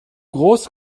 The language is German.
groß